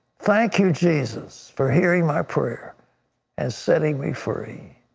thank you jesus for hearing my prayer and setting me free.